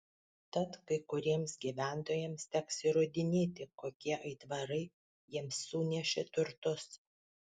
tad kai kuriems gyventojams teks įrodinėti kokie aitvarai jiems sunešė turtus